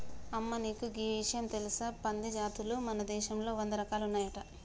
అమ్మ నీకు గీ ఇషయం తెలుసా పంది జాతులు మన దేశంలో వంద రకాలు ఉన్నాయంట